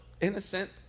innocent